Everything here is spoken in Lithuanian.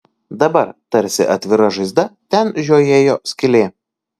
dabar tarsi atvira žaizda ten žiojėjo skylė